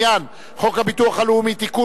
הביטוח הלאומי (תיקון,